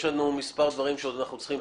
יש עוד מספר דברים שאנחנו צריכים לעשות.